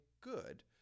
good